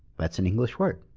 that's an english word.